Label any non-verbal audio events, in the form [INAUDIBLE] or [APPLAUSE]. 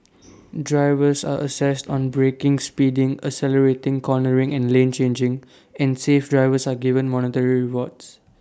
[NOISE] drivers are assessed on braking speeding accelerating cornering and lane changing and safe drivers are given monetary rewards